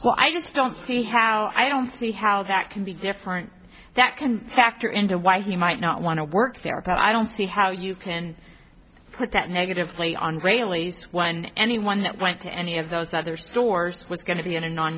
well i just don't see how i don't see how that can be different that can pachter into why he might not want to work there that i don't see how you can put that negatively on anyone that went to any of those other stores was going to be in a non